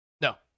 No